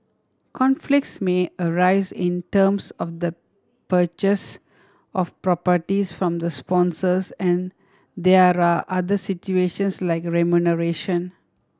conflicts may arise in terms of the purchase of properties from the sponsors and there are other situations like remuneration